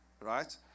right